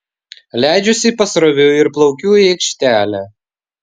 leidžiuosi pasroviui ir plaukiu į aikštelę